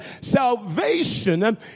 Salvation